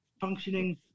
functioning